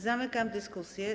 Zamykam dyskusję.